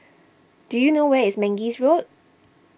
do you know where is Mangis Road